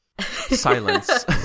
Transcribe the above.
Silence